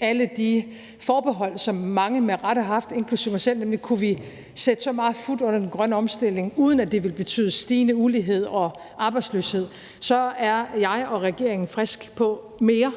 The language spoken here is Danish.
alle de forbehold, som mange med rette har haft – inklusive mig selv – nemlig om, hvorvidt vi kunne sætte så meget fut under den grønne omstilling, uden at det ville betyde stigende ulighed og arbejdsløshed, så er jeg og regeringen frisk på mere.